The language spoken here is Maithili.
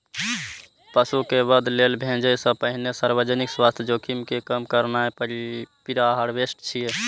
पशु कें वध लेल भेजै सं पहिने सार्वजनिक स्वास्थ्य जोखिम कें कम करनाय प्रीहार्वेस्ट छियै